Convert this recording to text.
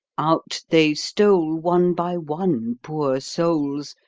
out they stole, one by one, poor souls,